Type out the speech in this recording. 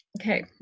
Okay